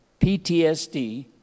PTSD